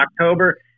October